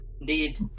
indeed